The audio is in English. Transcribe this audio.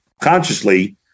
consciously